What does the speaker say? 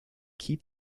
keep